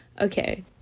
okay